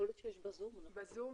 מכיוון שהחוק המקורי גם לא הונח בפנינו